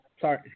Sorry